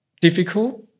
difficult